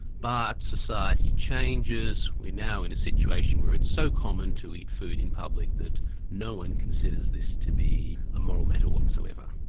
but society changes, we're now in a situation where it's so common to eat food in public that no-one considers this to be a moral matter whatsoever.